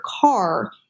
car